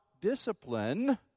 discipline